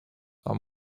are